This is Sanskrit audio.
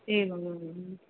एवमेवं